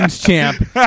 champ